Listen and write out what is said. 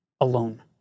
alone